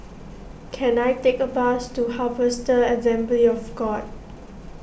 can I take a bus to Harvester Assembly of God